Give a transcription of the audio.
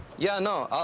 yeah no,